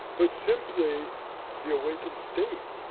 but simply the awakened state.